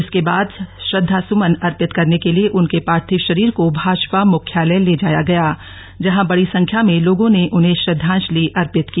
इसके बाद श्रद्वासुमन अर्पित करने के लिए उनके पार्थिव शरीर को भाजपा मुख्यालय ले जाया गया जहां बड़ी संख्या में लोगों ने उन्हें श्रद्धांजलि अर्पित की